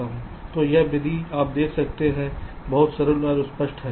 तो यह विधि आप देख सकते हैं बहुत सरल और स्पष्ट है